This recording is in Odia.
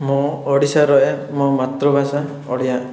ମୁଁ ଓଡ଼ିଶାରେ ରୁହେ ମୋ ମାତୃଭାଷା ଓଡ଼ିଆ